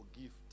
gift